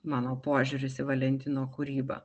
mano požiūris į valentino kūrybą